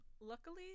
Luckily